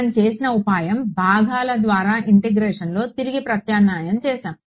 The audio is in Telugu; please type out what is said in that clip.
మనం చేసిన ఉపాయం భాగాల ద్వారా ఇంటిగ్రేషన్లో తిరిగి ప్రత్యామ్నాయం చేసాము